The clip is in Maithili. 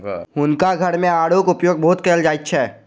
हुनका घर मे आड़ूक उपयोग बहुत कयल जाइत अछि